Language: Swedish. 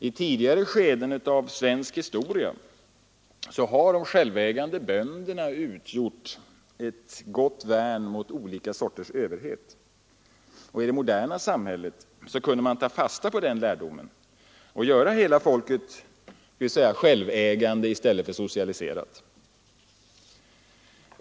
I tidigare skeden av svensk historia har de självägande bönderna utgjort ett gott värn mot olika sorters överhet. I det moderna samhället kunde man ta fasta på den lärdomen och göra hela folket självägande i stället för socialiserat.